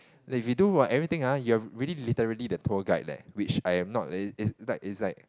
that if you do !wah! everything ah you are really literally the tour guide leh which I am not leh is like is like